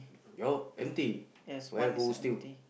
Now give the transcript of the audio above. your empty where who steal